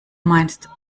meinst